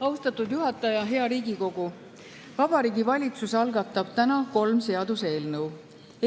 Austatud juhataja! Hea Riigikogu! Vabariigi Valitsus algatab täna kolm seaduseelnõu.